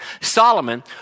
Solomon